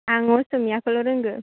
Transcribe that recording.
आं असमियाखौल' रोंगौ